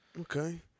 Okay